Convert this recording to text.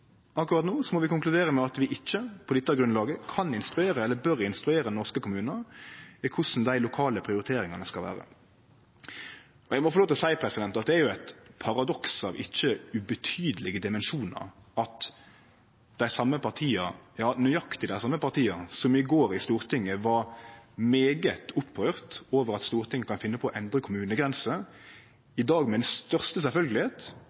Akkurat no må vi konkludere med at vi ikkje på dette grunnlaget kan eller bør instruere norske kommunar i korleis dei lokale prioriteringane skal vere. Eg må få lov til å seie at det er jo eit paradoks av ikkje ubetydeleg dimensjonar at dei same partia – nøyaktig dei same partia – som i går i Stortinget var mykje opprørte over at Stortinget kan finne på å endre